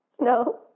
No